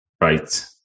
right